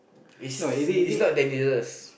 is is not dangerous